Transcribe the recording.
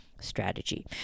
strategy